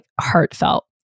heartfelt